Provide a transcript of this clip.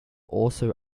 also